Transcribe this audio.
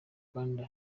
rwanda